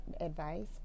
advice